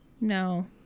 no